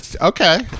Okay